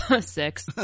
six